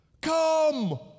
come